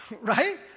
Right